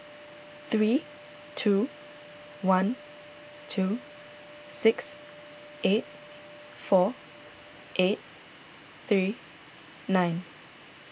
three two one two six eight four eight three nine